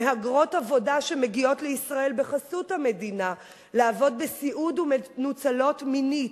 מהגרות עבודה שמגיעות לישראל בחסות המדינה לעבוד בסיעוד ומנוצלות מינית,